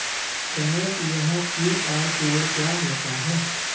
रमेश यह QR code क्या होता है?